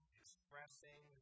expressing